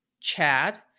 Chad